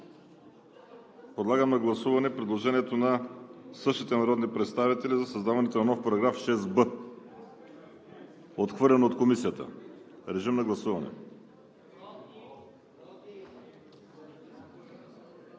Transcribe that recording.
Подлагам на гласуване предложението на същите народни представители за създаването на нов § 6б, отхвърлено от Комисията. Гласували